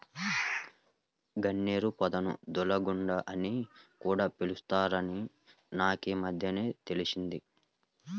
గన్నేరు పొదను దూలగుండా అని కూడా పిలుత్తారని నాకీమద్దెనే తెలిసింది